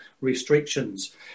restrictions